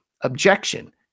Objection